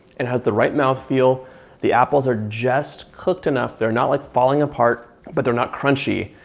and has the right mouthfeel the apples are just cooked enough. they're not like falling apart, but they're not crunchy.